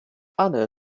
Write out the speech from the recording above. other